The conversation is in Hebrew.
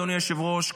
אדוני היושב-ראש,